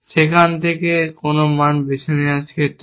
সেখান থেকে কোন মান বেছে নেওয়ার ক্ষেত্রে